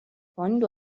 کنید